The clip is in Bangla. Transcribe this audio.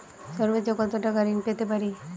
সর্বোচ্চ কত টাকা ঋণ পেতে পারি?